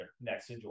next